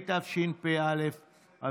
התשפ"א 2021,